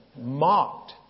Mocked